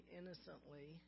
innocently